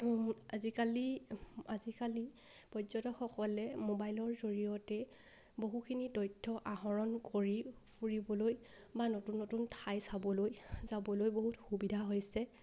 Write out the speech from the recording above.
আজিকালি আজিকালি পৰ্যটকসকলে মোবাইলৰ জৰিয়তে বহুখিনি তথ্য আহৰণ কৰি ফুৰিবলৈ বা নতুন নতুন ঠাই চাবলৈ যাবলৈ বহুত সুবিধা হৈছে